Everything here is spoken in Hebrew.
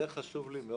זה חשוב לי מאוד.